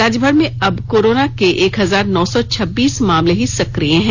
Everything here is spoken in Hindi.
राज्यभर में अब कोरोना के एक हजार नौ सौ छब्बीस मामले ही सक्रिय हैं